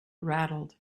rattled